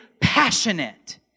passionate